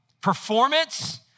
performance